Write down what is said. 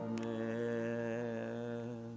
Amen